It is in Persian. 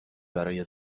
برای